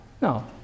No